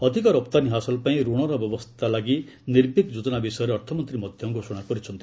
ଅଧିକ ରପ୍ତାନୀ ହାସଲ ପାଇଁ ରଣର ବ୍ୟବସ୍ଥା ଲାଗି 'ନିର୍ବିକ୍' ଯୋଜନା ବିଷୟରେ ଅର୍ଥମନ୍ତ୍ରୀ ମଧ୍ୟ ଘୋଷଣା କରିଛନ୍ତି